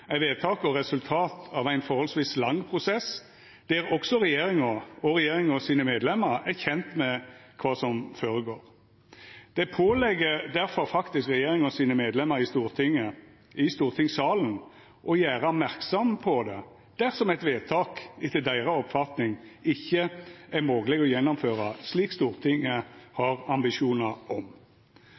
resultat av ein forholdsvis lang prosess, der også regjeringa og medlemene i regjeringa er kjende med kva som går føre seg. Det pålegg difor faktisk regjeringsmedlemer å gjera merksam på det i Stortinget, i stortingssalen, dersom eit vedtak etter deira oppfatning ikkje er mogleg å gjennomføra, slik Stortinget har ambisjonar om.